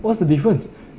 what's the difference